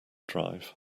drive